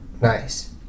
Nice